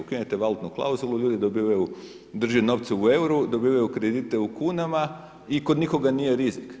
Ukinute valutnu klauzulu, ljudi dobivaju, drže novce u euru, dobivaju kredite u kunama i kod nikoga nije rizik.